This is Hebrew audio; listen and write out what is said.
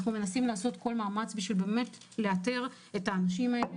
אנחנו מנסים לעשות כל מאמץ כדי לאתר את כל האנשים האלה,